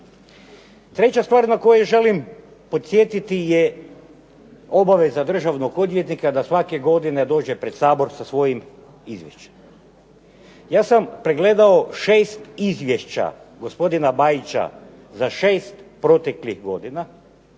Treća stvar na koju želim podsjetiti je obaveza državnog odvjetnika da svake godine dođe pred Sabor sa svojim izvješćem. Ja sam pregledao šest izvješća gospodina Bajića za šest proteklih godina